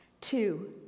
Two